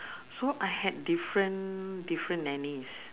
so I had different different nannies